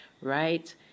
right